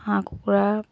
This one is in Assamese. হাঁহ কুকুৰা